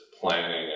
planning